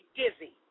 dizzy